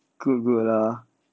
good good lah